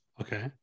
Okay